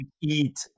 eat